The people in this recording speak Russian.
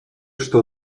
что